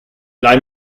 leih